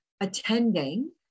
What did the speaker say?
attending